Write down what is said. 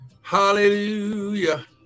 hallelujah